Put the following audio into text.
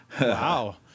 wow